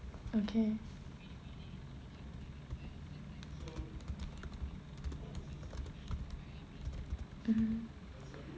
okay mmhmm